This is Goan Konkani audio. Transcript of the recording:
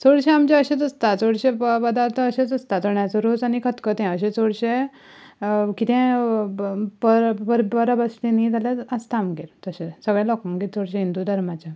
चडशें आमचें अशेंच आसता चडशे प प्रदार्थ अशेच आसता चण्याचो रोस आनी खतखतें अशें चडशें कितें परब आसता न्हय जाल्यार आसता आमगेर तशें सगळ्यां लोकांगेर चडशे हिंदू धर्माच्या